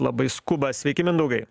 labai skuba sveiki mindaugai